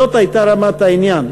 זו הייתה רמת העניין,